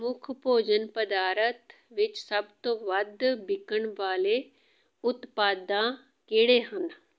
ਮੁੱਖ ਭੋਜਨ ਪਦਾਰਥ ਵਿੱਚ ਸੱਭ ਤੋਂ ਵੱਧ ਵਿਕਣ ਵਾਲੇ ਉਤਪਾਦਾਂ ਕਿਹੜੇ ਹਨ